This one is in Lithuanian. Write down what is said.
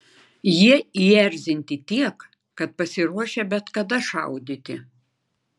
jie įerzinti tiek kad pasiruošę bet kada šaudyti